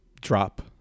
drop